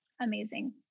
amazing